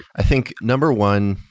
i think number one,